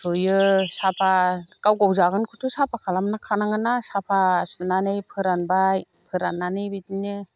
सुयो साफा गाव गाव जागोनखौथ' साफा खालाम खानांगोनना साफा सुनानै फोरानबाय फोराननानैबिदिनो